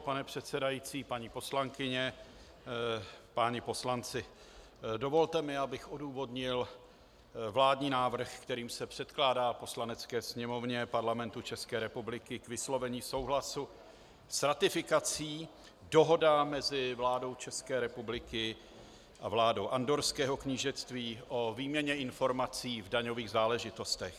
Pane předsedající, paní poslankyně, páni poslanci, dovolte mi, abych odůvodnil vládní návrh, kterým se předkládá Poslanecké sněmovně Parlamentu České republiky k vyslovení souhlasu s ratifikací Dohoda mezi vládou České republiky a vládou Andorrského knížectví o výměně informací v daňových záležitostech.